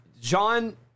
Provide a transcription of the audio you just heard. John